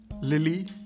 Lily